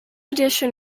edition